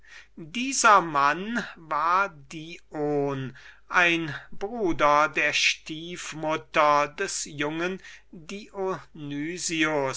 dieser mann war dion ein bruder der stiefmutter des dionys